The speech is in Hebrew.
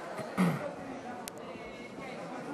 להעביר לוועדה את הצעת חוק להנצחת זכרו של רחבעם זאבי (תיקון,